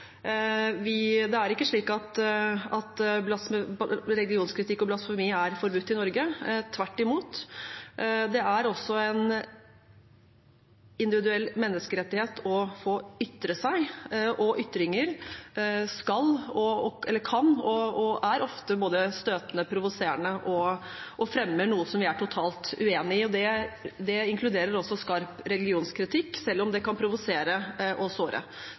Det er ikke slik at religionskritikk og blasfemi er forbudt i Norge. Tvert imot. Det er også en individuell menneskerettighet å få ytre seg, og ytringer kan være og er ofte både støtende, provoserende og fremmer noe som vi er totalt uenig i. Det inkluderer også skarp religionskritikk, selv om det kan provosere og såre.